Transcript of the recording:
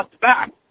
back